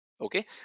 okay